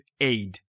aid